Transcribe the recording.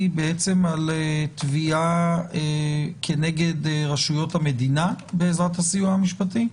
על תביעה נגד רשויות המדינה בעזרת הסיוע המשפטי?